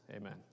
amen